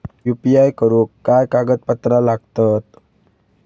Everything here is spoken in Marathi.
यू.पी.आय करुक काय कागदपत्रा लागतत?